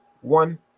one